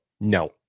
no